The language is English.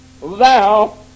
Thou